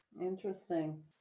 interesting